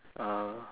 ah